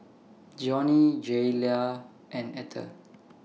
Johnny Jayla and Etter